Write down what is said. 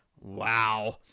Wow